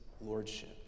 lordship